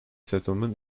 settlement